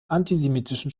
antisemitischen